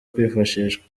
kwifashishwa